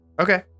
Okay